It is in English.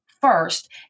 first